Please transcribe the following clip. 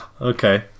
Okay